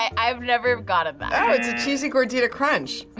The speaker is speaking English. and i've never gotten that. oh, it's a cheesy gordita crunch.